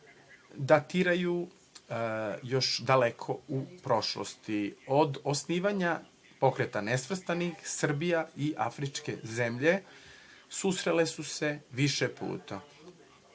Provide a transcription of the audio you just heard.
datiraju još daleko u prošlosti, od osnivanja Pokreta nesvrstanih, Srbija i Afričke zemlje susrele su se više puta.